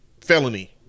felony